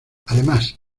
además